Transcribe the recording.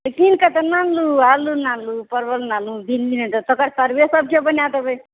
किनके तऽ अनलहुँ आलु अनलहुँ परवल अनलहुँ तकर तरुए सब जे बना देबै